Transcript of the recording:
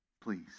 Please